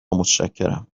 متشکرم